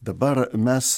dabar mes